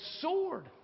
sword